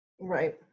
right